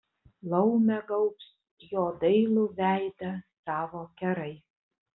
laumė gaubs jo dailų veidą savo kerais